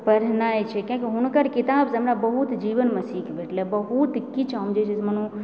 पढ़ने छै किएक कि हुनकर किताबसँ हमरा बहुत जीवनमे सीख भेटलइ बहुत किछु हम जे छै मने